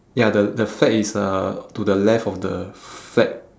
ya the the flag is uh to the left of the flag